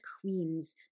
queens